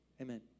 Amen